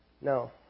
No